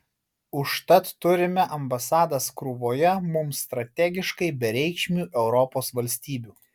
užtat turime ambasadas krūvoje mums strategiškai bereikšmių europos valstybių